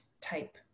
type